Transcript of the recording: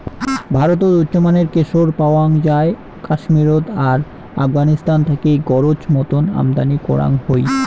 ভারতত উচ্চমানের কেশর পাওয়াং যাই কাশ্মীরত আর আফগানিস্তান থাকি গরোজ মতন আমদানি করাং হই